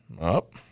Up